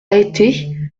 été